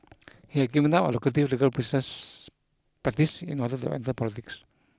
he had given up a lucrative legal process practice in order to enter politics